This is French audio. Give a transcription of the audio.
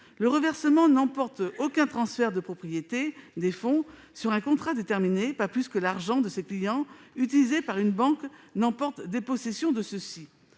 le reversement n'emporte aucun transfert de propriété des fonds sur un contrat déterminé, pas plus que l'argent de ses clients utilisé par une banque n'emporte dépossession de ceux-ci.